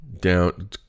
Down